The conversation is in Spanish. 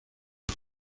los